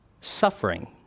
suffering